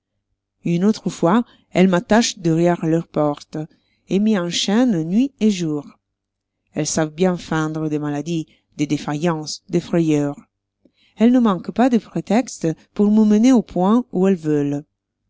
une autre fois elles m'attachent derrière leur porte et m'y enchaînent nuit et jour elles savent bien feindre des maladies des défaillances des frayeurs elles ne manquent pas de prétexte pour me mener au point où elles veulent